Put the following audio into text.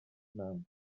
prynhawn